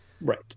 Right